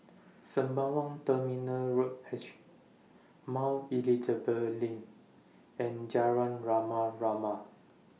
Sembawang Terminal Road H Mount Elizabeth LINK and Rama Rama